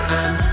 end